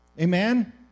Amen